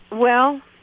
well,